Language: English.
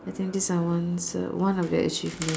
I think these are ones the one of the achievement